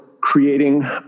creating